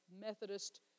Methodist